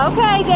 Okay